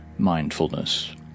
mindfulness